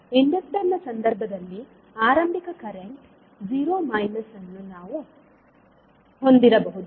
inductor ನ ಸಂದರ್ಭದಲ್ಲಿ ಆರಂಭಿಕ ಕರೆಂಟ್ 0− ಅನ್ನು ನಾವು ಹೊಂದಿರಬಹುದು